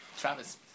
Travis